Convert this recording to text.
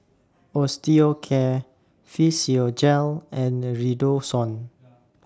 Osteocare Physiogel and Redoxon